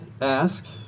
ask